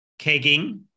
kegging